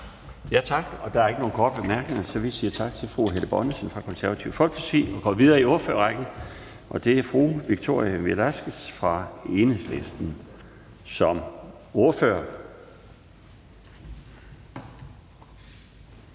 Laustsen): Der er ikke nogen korte bemærkninger, så vi siger tak til fru Helle Bonnesen fra Det Konservative Folkeparti og går videre i ordførerrækken til fru Victoria Velasquez fra Enhedslisten. Værsgo.